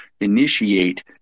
initiate